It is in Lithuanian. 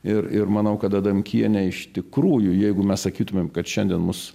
ir ir manau kad adamkienė iš tikrųjų jeigu mes sakytumėm kad šiandien mus